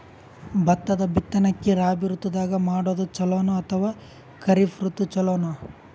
ಭತ್ತದ ಬಿತ್ತನಕಿ ರಾಬಿ ಋತು ದಾಗ ಮಾಡೋದು ಚಲೋನ ಅಥವಾ ಖರೀಫ್ ಋತು ಚಲೋನ?